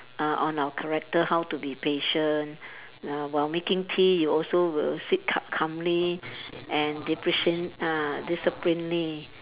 err on our character how to be patient while while making tea you also will sit up ca~ calmly and uh disciplinely